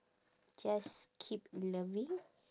just keep loving